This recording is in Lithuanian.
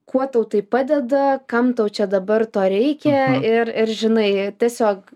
kuo tau tai padeda kam tau čia dabar to reikia ir ir žinai tiesiog